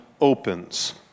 opens